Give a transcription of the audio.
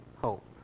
hope